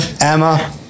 Emma